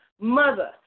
mother